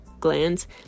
glands